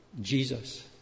Jesus